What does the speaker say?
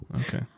okay